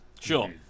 Sure